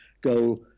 goal